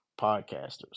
podcasters